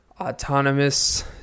Autonomous